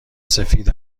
سفید